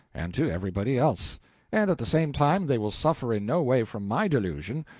and to everybody else and at the same time they will suffer in no way from my delusion,